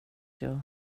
jag